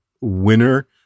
winner